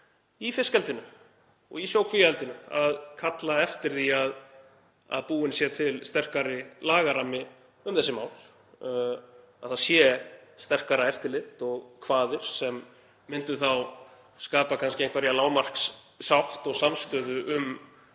í fiskeldinu og í sjókvíaeldinu sem kallar eftir því að búinn sé til sterkari lagarammi um þessi mál, það séu sterkara eftirlit og kvaðir sem myndu kannski skapa einhverja lágmarkssátt og samstöðu um